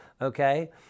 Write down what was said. okay